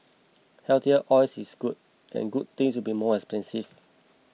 healthier oil is good and good things will be more expensive